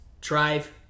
drive